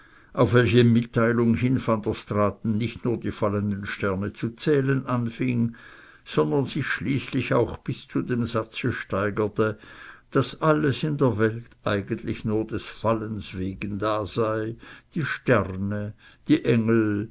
auf welche mitteilung hin van der straaten nicht nur die fallenden sterne zu zählen anfing sondern sich schließlich auch bis zu dem satze steigerte daß alles in der welt eigentlich nur des fallens wegen da sei die sterne die engel